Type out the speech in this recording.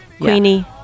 Queenie